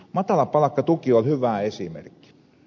matalapalkkatuki oli hyvä esimerkki